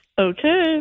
Okay